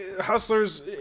Hustlers